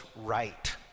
right